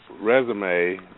resume